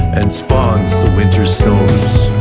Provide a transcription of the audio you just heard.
and spawns the winter snows